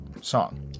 song